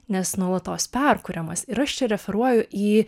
nes nuolatos perkuriamas ir aš čia referuoju į